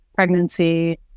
Pregnancy